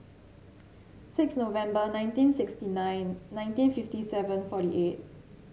six November nineteen sixty nine nineteen fifty seven forty eight